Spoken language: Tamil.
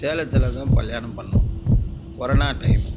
சேலத்தில் தான் கல்யாணம் பண்ணோம் கொரோனா டைமு